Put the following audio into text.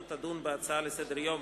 לא מקומן כאשר הן לא בסדר-היום.